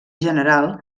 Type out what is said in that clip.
general